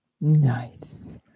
Nice